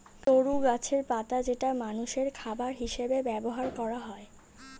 তরু গাছের পাতা যেটা মানুষের খাবার হিসেবে ব্যবহার করা হয়